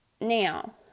Now